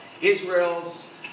Israel's